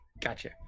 Gotcha